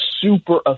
super